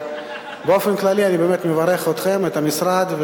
באופן כללי, אני באמת מברך אתכם, את המשרד.